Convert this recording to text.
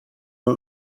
nur